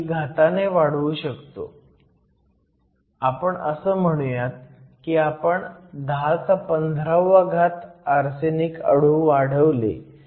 आपण असं म्हणूयात की आपण 1015 आर्सेनिक अणू वाढवले